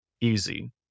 easy